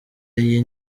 y’i